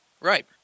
right